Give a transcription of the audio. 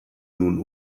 nun